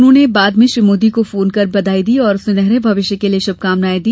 उन्होंने बाद में श्री मोदी को फोन कर भी बधाई दी और सुनहरे भविष्य के लिए शुभकामनाएं दी